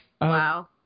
Wow